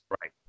Right